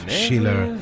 Schiller